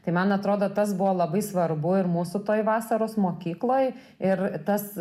tai man atrodo tas buvo labai svarbu ir mūsų toje vasaros mokykloj ir tas